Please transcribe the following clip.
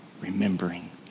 remembering